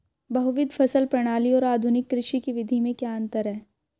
बहुविध फसल प्रणाली और आधुनिक कृषि की विधि में क्या अंतर है?